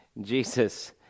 Jesus